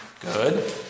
Good